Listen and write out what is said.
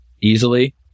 easily